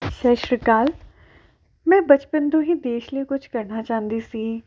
ਸਤਿ ਸ਼੍ਰੀ ਅਕਾਲ ਮੈਂ ਬਚਪਨ ਤੋਂ ਹੀ ਦੇਸ਼ ਲਈ ਕੁਛ ਕਰਨਾ ਚਾਹੁੰਦੀ ਸੀ